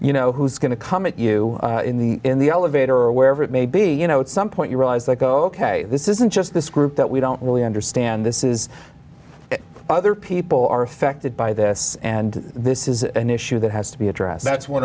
you know who's going to come at you in the in the elevator or wherever it may be you know at some point you realize like oh this isn't just this group that we don't really understand this is other people are affected by this and this is an issue that has to be addressed that's one